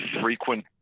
frequent